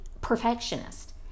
Perfectionist